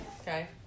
Okay